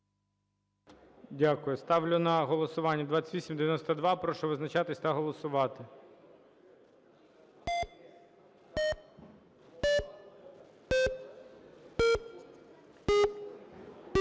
Ставлю на голосування 2887. Прошу визначатися та голосувати.